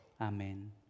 amen